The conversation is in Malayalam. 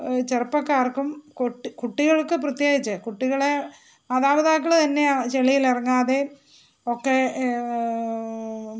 ചെറുപ്പക്കാർക്കും കുട്ടികൾ കുട്ടികൾക്കും പ്രത്യേകിച്ച് കുട്ടികളെ മാതാപിതാക്കൾ തന്നെ ആണ് ചെളിയിൽ ഇറങ്ങാതെയും ഒക്കെ